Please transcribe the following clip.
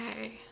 okay